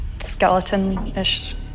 Skeleton-ish